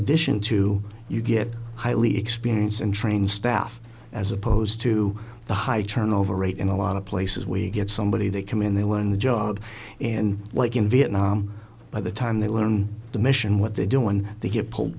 addition to you get highly experienced and trained staff as opposed to the high turnover rate in a lot of places where you get somebody they come in they learn the job and like in vietnam by the time they learn the mission what they do when they get pulled